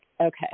Okay